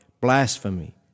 blasphemy